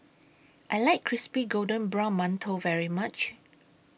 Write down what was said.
I like Crispy Golden Brown mantou very much